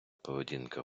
поведінка